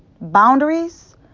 Boundaries